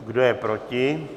Kdo je proti?